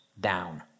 down